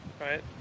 right